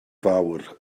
fawr